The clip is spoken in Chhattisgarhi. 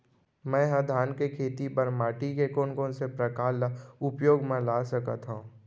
मै ह धान के खेती बर माटी के कोन कोन से प्रकार ला उपयोग मा ला सकत हव?